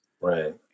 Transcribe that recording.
Right